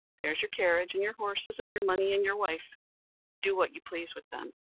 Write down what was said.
there's your carriage and your horses, and your money and your wife do what you please with them.